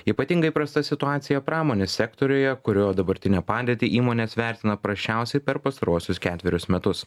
ypatingai prasta situacija pramonės sektoriuje kurio dabartinę padėtį įmonės vertina prasčiausiai per pastaruosius ketverius metus